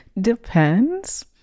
Depends